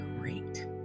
great